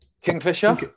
Kingfisher